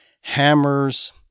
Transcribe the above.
hammers